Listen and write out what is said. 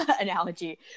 analogy